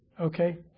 Okay